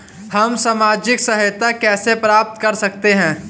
हम सामाजिक सहायता कैसे प्राप्त कर सकते हैं?